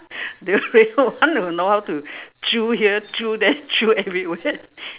the real one will know how to chew here chew there chew everywhere